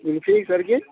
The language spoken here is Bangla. ইনফিনিক্স আর কি